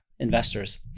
investors